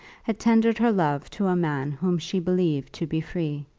had tendered her love to a man whom she believed to be free.